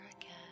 again